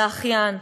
לאחיין.